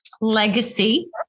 legacy